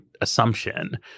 assumption